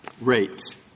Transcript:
rates